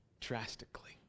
drastically